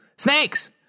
Snakes